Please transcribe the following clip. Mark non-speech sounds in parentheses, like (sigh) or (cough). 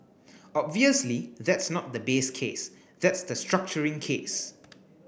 obviously that's not the base case that's the structuring (noise) case